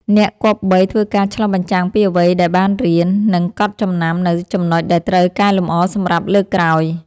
អ្នកគប្បីធ្វើការឆ្លុះបញ្ចាំងពីអ្វីដែលបានរៀន និងកត់ចំណាំនូវចំណុចដែលត្រូវកែលម្អសម្រាប់លើកក្រោយ។